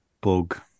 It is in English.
bug